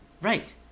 Right